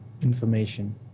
information